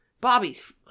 Bobby's